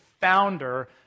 founder